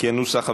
כנוסח הוועדה.